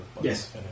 Yes